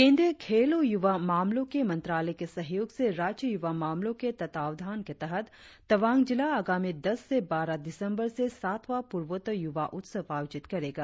केंद्रीय खेल और युवा मामलों के मंत्रालय के सहयोग से राज्य युवा मामलों के तत्वावधान के तहत तवांग जिला आगामी दस से बारह दिसंबर से सातवां पूर्वोत्तर युवा उत्सव आयोजित करेगा